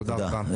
תודה רבה.